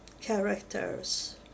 characters